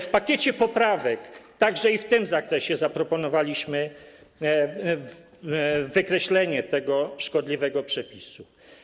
W pakiecie poprawek także w tym zakresie zaproponowaliśmy wykreślenie tego szkodliwego przepisu.